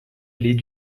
allée